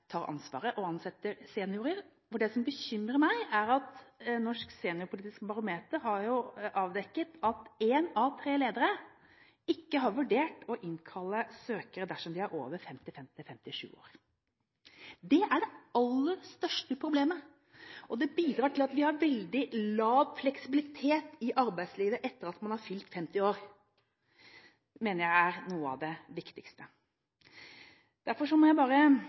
tar ansvar og ansetter seniorer. For det bekymrer meg at Norsk seniorpolitisk barometer har avdekket at én av tre ledere ikke har vurdert å innkalle søkere dersom de er over 55–57 år. Det er det aller største problemet, og det bidrar til at vi har veldig lav fleksibilitet i arbeidslivet etter at man har fylt 50 år. Det mener jeg er noe av det viktigste. Derfor må jeg bare